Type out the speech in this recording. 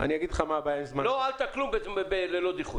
לא הועלת כלום ב"ללא דיחוי".